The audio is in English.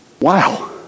wow